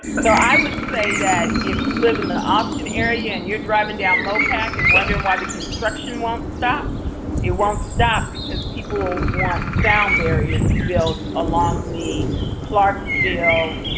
i would say that if you live in the austin area and you're driving down mopac and wondering why the construction won't stop it won't stop because people want sound barriers and built along the clarksville,